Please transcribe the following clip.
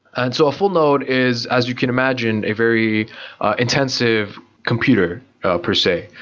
and so a full node is as you can imagine a very intensive computer per se.